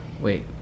Wait